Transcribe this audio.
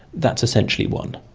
that's essentially won.